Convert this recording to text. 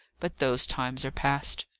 but those times are past.